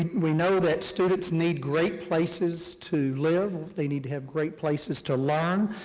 we know that students need great places to live, they need to have great places to learn,